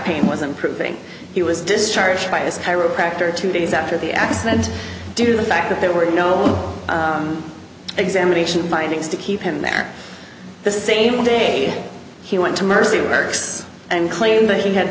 pain was improving he was discharged by his chiropractor two days after the accident due to the fact that there were no examination findings to keep him there this same day he went to mercy works and claimed he had